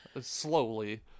slowly